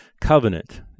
covenant